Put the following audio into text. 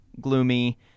gloomy